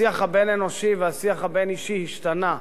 השיח הבין-אנושי והשיח הבין-אישי השתנו.